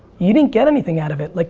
you didn't get anything out of it. like,